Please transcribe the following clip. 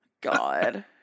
god